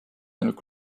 ainult